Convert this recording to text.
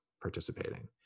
participating